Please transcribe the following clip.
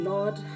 Lord